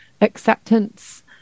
acceptance